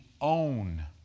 own